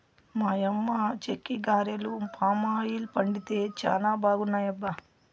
మా అమ్మ చెక్కిగారెలు పామాయిల్ వండితే చానా బాగున్నాయబ్బా